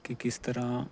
ਕਿ ਕਿਸ ਤਰ੍ਹਾਂ